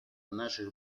наших